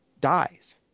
dies